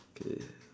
okay